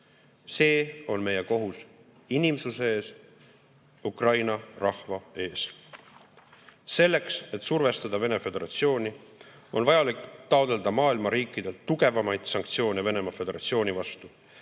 See on meie kohus inimsuse ees, Ukraina rahva ees. Selleks, et survestada Vene Föderatsiooni, on vajalik taotleda maailma riikidelt tugevamaid sanktsioone Vene Föderatsiooni vastu